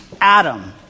Adam